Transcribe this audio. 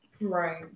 Right